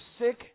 sick